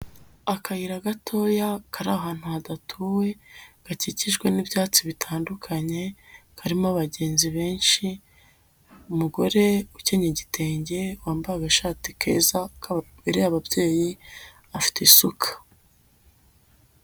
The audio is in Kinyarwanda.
Akayira gatoya, kari ahantu hadatuwe, gakikijwe n'ibyatsi bitandukanye, karimo abagenzi benshi, umugore ukenyeye igitenge, wambaye agashati keza kabere ababyeyi, afite isuka.